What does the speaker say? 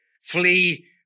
flee